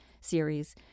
series